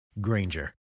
Granger